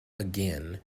again